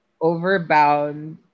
overbound